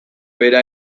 bera